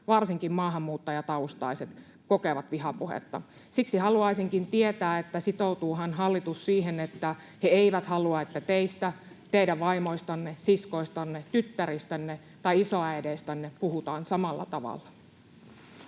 varsinkin maahanmuuttajataustaiset, kokevat vihapuhetta. Siksi haluaisinkin tietää, että sitoutuuhan hallitus siihen, että he eivät halua, että teistä, teidän vaimoistanne, siskoistanne, tyttäristänne tai isoäideistänne puhutaan samalla tavalla.